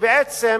שבעצם